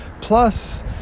plus